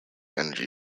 energy